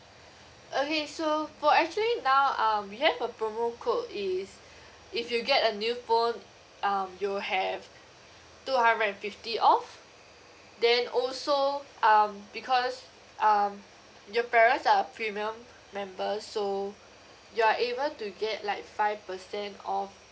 okay so for actually now um we have a promo code is if you get a new phone um you will have two hundred and fifty off then also um because um your parents are premium members so you are able to get like five percent off